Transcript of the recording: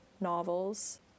novels